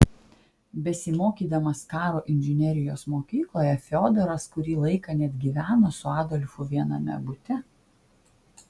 besimokydamas karo inžinerijos mokykloje fiodoras kurį laiką net gyveno su adolfu viename bute